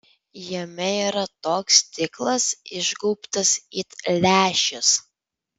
jame yra toks stiklas išgaubtas it lęšis